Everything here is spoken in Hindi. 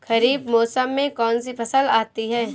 खरीफ मौसम में कौनसी फसल आती हैं?